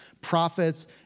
prophets